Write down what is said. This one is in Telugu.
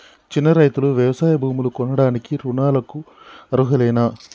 చిన్న రైతులు వ్యవసాయ భూములు కొనడానికి రుణాలకు అర్హులేనా?